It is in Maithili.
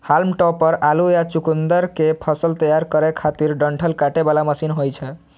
हाल्म टॉपर आलू या चुकुंदर के फसल तैयार करै खातिर डंठल काटे बला मशीन होइ छै